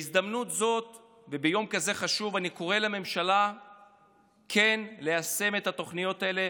בהזדמנות זו וביום כזה חשוב אני קורא לממשלה כן ליישם את התוכניות האלה